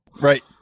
right